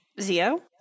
Zio